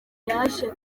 yaje